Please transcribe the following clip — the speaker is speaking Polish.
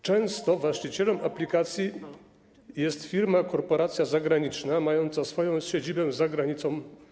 Często właścicielem aplikacji jest firma, korporacja zagraniczna mająca swoją siedzibę za granicą.